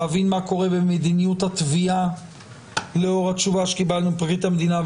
להבין מה קורה במדיניות התביעה לאור התשובה שקיבלנו מפרקליט המדינה.